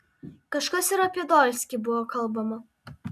kažkas ir apie dolskį buvo kalbama